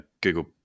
Google